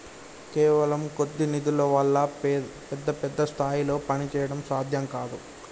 కేవలం కొద్ది నిధుల వల్ల పెద్ద పెద్ద స్థాయిల్లో పనిచేయడం సాధ్యం కాదు